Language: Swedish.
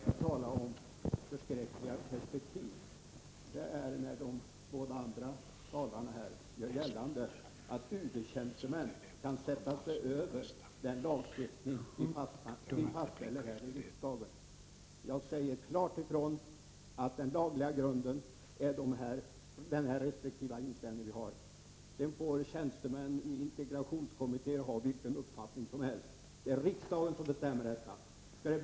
Herr talman! Jag talar om förskräckliga perspektiv när de båda andra talarna gör gällande att UD-tjänstemän kan sätta sig över den lagstiftning vi fastställer här i riksdagen. Jag säger klart ifrån att den lagliga grunden är den restriktiva inställning som vi har. Sedan får tjänstemän i integrationskommittéer ha vilken uppfattning som helst. Det är riksdagen som bestämmer detta.